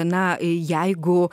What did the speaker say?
na jeigu